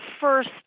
first